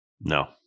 No